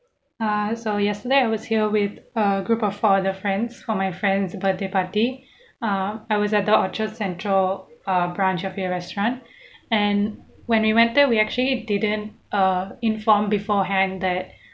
ah so yesterday I was here with a group of four other friends for my friend's birthday party ah I was at the orchard central uh branch of your restaurant and when we went there we actually didn't uh inform beforehand that